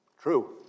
True